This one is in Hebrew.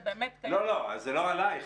זה לא עלייך.